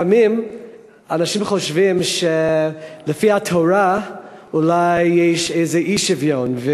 לפעמים אנשים חושבים שלפי התורה אולי יש איזה אי-שוויון,